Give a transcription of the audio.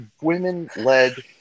women-led